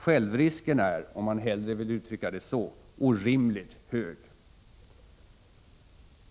Självrisken är, om man hellre vill uttrycka det så, orimligt hög.